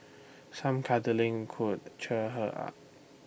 some cuddling could cheer her up